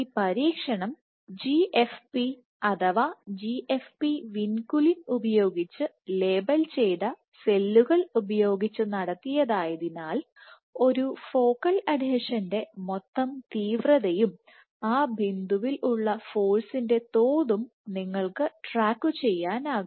ഈ പരീക്ഷണം GFP അഥവാ GFP വിൻകുലിൻ ഉപയോഗിച്ച് ലേബൽ ചെയ്ത് സെല്ലുകൾ ഉപയോഗിച്ച് നടത്തിയതായതിനാൽ ഒരു ഫോക്കൽ അഡ്ഹീഷന്റെ മൊത്തം തീവ്രതയും ആ ബിന്ദുവിൽ ഉള്ള ഫോഴ്സിൻറെ തോതും നിങ്ങൾക്ക് ട്രാക്കു ചെയ്യാനാകും